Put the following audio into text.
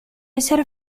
essere